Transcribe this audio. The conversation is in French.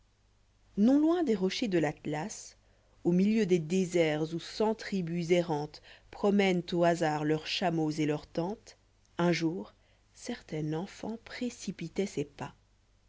on loin des rochers de l'atlas au milieu des déserts où cent tribus errantes promènent au hasard leurs chameaux et leurs tentes un jour certain enfant précipitait ses pas